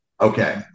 okay